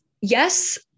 yes